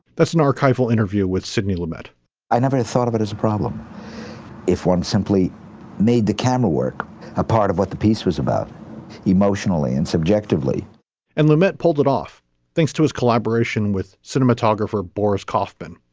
that's an archival interview with sidney lumet i never thought of it as a problem if one simply made the camera work a part of what the piece was about emotionally and subjectively and lumet pulled it off thanks to his collaboration with cinematographer boris kaufman,